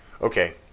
okay